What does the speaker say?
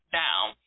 down